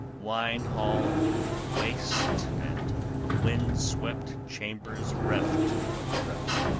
wine-hall waste and wind-swept chambers reft of revel.